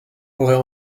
aurait